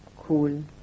cool